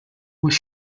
was